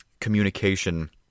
communication